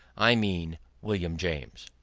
i mean william james.